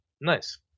Nice